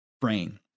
brain